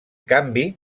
canvi